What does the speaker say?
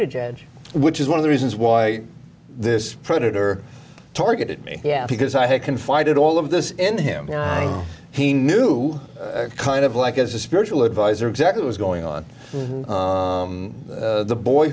to judge which is one of the reasons why this predator targeted me yeah because i had confided all of this in him he knew kind of like as a spiritual advisor exactly was going on the boy